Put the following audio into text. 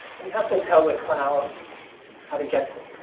but he has to tell the cloud how to get there.